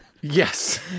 Yes